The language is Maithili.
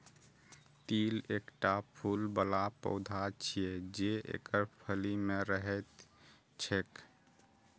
तिल एकटा फूल बला पौधा छियै, जे एकर फली मे रहैत छैक